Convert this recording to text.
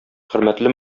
хөрмәтле